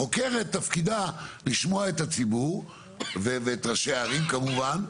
החוקרת תפקידה לשמוע את הציבור ואת ראשי הערים כמובן,